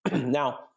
Now